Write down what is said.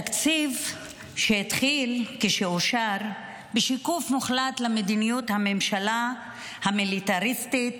תקציב שהתחיל כשאושר בשיקוף מוחלט למדיניות הממשלה המיליטריסטית,